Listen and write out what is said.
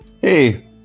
Hey